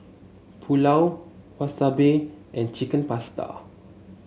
Pulao Wasabi and Chicken Pasta